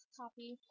copy